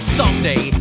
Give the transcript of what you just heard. someday